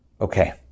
Okay